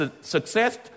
success